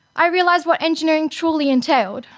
i realised what engineering truly entailed.